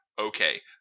okay